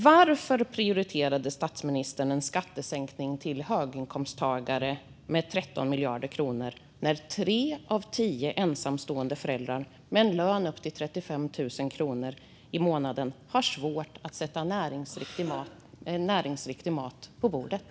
Varför prioriterade statsministern en skattesänkning för höginkomsttagare på 13 miljarder kronor när tre av tio ensamstående föräldrar med en lön upp till 35 000 kronor i månaden har svårt att sätta näringsriktig mat på bordet?